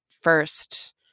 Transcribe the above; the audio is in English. first